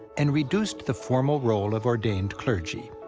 and reduced the formal role of ordained clergy.